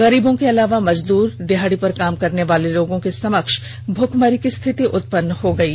गरीबों के अलावा मजदूर दिहाड़ी पर काम करनेवालों के समक्ष भूखमरी की स्थिति उत्पन्न हो गयी